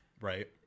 Right